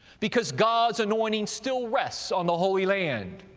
because god's anointing still rests on the holy land,